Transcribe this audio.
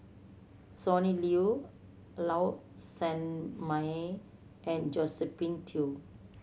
Sonny Liew Low Sanmay and Josephine Teo